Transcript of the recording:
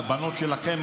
הבנות שלכם,